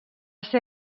ser